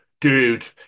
dude